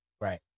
right